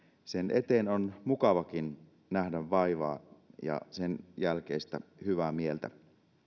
sen eteen on mukavakin nähdä vaivaa ja saada sen jälkeistä hyvää mieltä